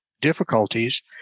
difficulties